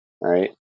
right